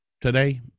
today